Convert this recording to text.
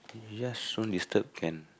yes don't disturb can